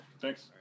Thanks